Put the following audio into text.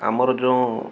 ଆମର ଯେଉଁ